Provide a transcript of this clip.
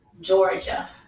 Georgia